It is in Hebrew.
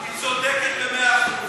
היא צודקת במאה אחוז.